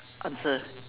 answer